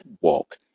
walk